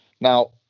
now